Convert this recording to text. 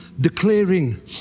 declaring